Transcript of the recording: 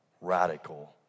radical